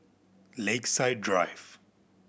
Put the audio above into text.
Lakeside Drive